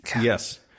Yes